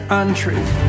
untrue